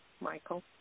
Michael